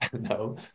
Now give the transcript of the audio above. No